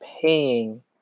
paying